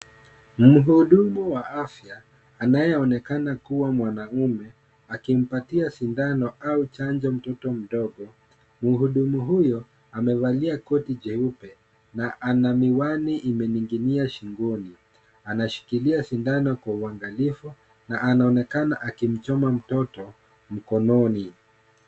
Muhudumu wa afya, anayeonekana kuwa mwanaume, akimpatia sindano au chanjo mtoto mdogo, muhudumu huyo amevalia koti jeupe na ana miwani imening'inia shingoni. Anashikilia sindano kwa uangalifu na anaonekana akimchoma mtoto mkononi.